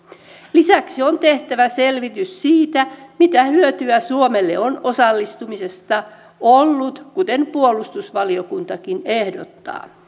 lisäksi on tehtävä selvitys siitä mitä hyötyä suomelle on osallistumisesta ollut kuten puolustusvaliokuntakin ehdottaa